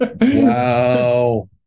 wow